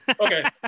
Okay